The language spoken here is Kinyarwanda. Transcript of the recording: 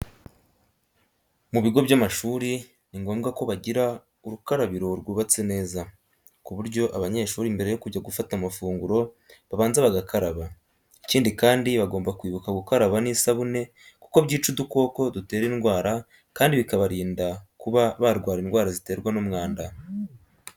Mu bigo by'amashuri ni ngombwa ko bajyira urukarabiro rwubatse neza ,ku buryo abanyeshuri mbere yo kujya gufata amafunguro babanza bagakaraba. Icyindi kandi bagomba kwibuka gukaraba n'isabune kuko byica udukoko dutera indwara kandi bikabarinda kuba barwara indwara ziterwa n'umwanda.